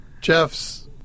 Jeff's